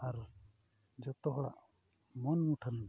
ᱟᱨ ᱡᱚᱛᱚ ᱦᱚᱲᱟᱜ ᱢᱚᱱ ᱢᱩᱴᱷᱟᱹᱱ